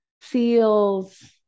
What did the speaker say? Seals